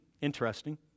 interesting